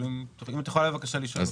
אם את יכולה בבקשה לשאול אותו.